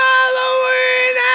Halloween